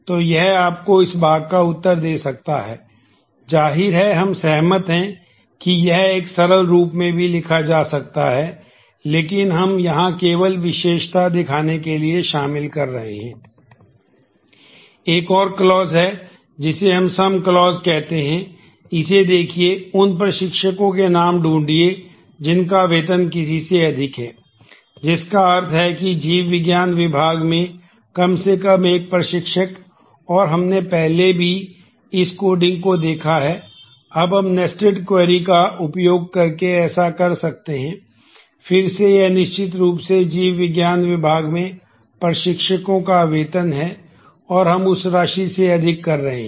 तो यह आपको इस भाग का उत्तर दे सकता है जाहिर है हम सहमत हैं कि यह एक सरल रूप में भी लिखा जा सकता है लेकिन हम यहाँ केवल विशेषता दिखाने के लिए इसे शामिल कर रहे हैं